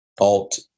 alt